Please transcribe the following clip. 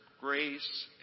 grace